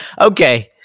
Okay